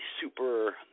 super